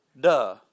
Duh